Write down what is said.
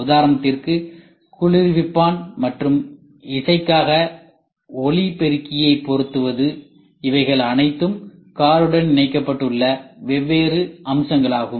உதாரணத்திற்கு குளிர்விப்பான் மற்றும் இசைக்காக ஒலிபெருக்கியை பொருத்துவது இவைகள் அனைத்தும் காருடன் இணைக்கப்பட்டுள்ள வெவ்வேறு அம்சங்களாகும்